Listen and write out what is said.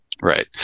Right